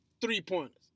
three-pointers